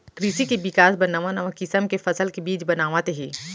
कृसि के बिकास बर नवा नवा किसम के फसल के बीज बनावत हें